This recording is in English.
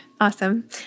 Awesome